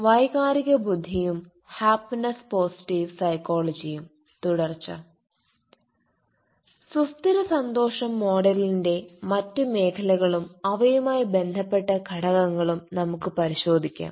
വൈകാരിക ബുദ്ധിയും happiness positive സൈക്കോളജിയും തുടർച്ച സുസ്ഥിര സന്തോഷം മോഡലിന്റെ മറ്റ് മേഖലകളും അവയുമായി ബന്ധപ്പെട്ട ഘടകങ്ങലും നമുക്ക് പരിശോധിക്കാം